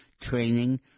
training